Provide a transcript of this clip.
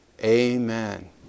Amen